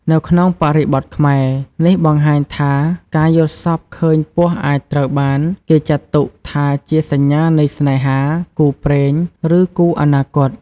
នៅក្នុងបរិបទខ្មែរ នេះបង្ហាញថាការយល់សប្តិឃើញពស់អាចត្រូវបានគេចាត់ទុកថាជាសញ្ញានៃស្នេហា គូព្រេង ឬគូអនាគត។